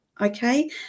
okay